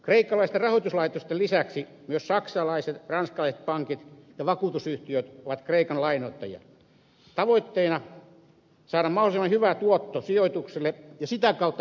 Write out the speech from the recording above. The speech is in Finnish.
kreikkalaisten rahoituslaitosten lisäksi myös saksalaiset ja ranskalaiset pankit ja vakuutusyhtiöt ovat kreikan lainoittajia tavoitteena saada mahdollisimman hyvä tuotto sijoituksille ja sitä kautta taata omistajille hyvät osingot